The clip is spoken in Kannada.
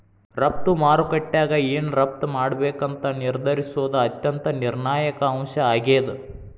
ರಫ್ತು ಮಾರುಕಟ್ಯಾಗ ಏನ್ ರಫ್ತ್ ಮಾಡ್ಬೇಕಂತ ನಿರ್ಧರಿಸೋದ್ ಅತ್ಯಂತ ನಿರ್ಣಾಯಕ ಅಂಶ ಆಗೇದ